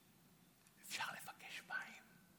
רוצים להכניס חברי כנסת חדשים בסדר.